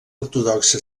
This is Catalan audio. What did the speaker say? ortodoxa